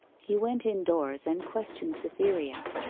he went indoors and questioned cytherea.